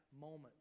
moment